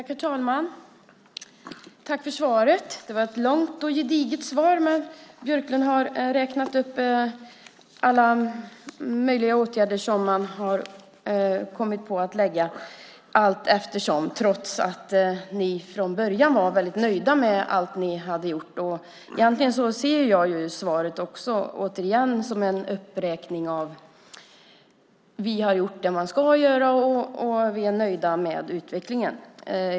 Herr talman! Tack för svaret! Det var ett långt och gediget svar där Björklund räknade upp alla möjliga åtgärder som regeringen har kommit på att vidta allteftersom, trots att ni från början var väldigt nöjda med allt ni hade gjort. Återigen är svaret: Vi har gjort det man ska göra, och vi är nöjda med utvecklingen.